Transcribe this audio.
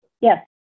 Yes